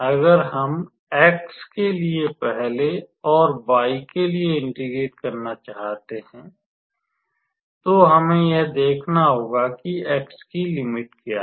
अगर हम x के लिए पहले और फिर y के लिए इंटीग्रेट करना चाहते हैं तो हमें यह देखना होगा कि x की लिमिट क्या हैं